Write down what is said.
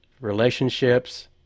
relationships